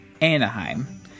Anaheim